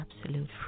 absolute